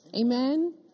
Amen